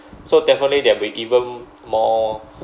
so definitely there'll be will even more